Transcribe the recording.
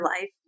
life